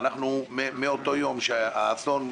לצערי